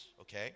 okay